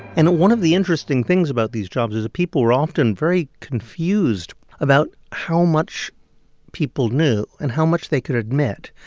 and one of the interesting things about these jobs is that people were often very confused about how much people knew and how much they could admit.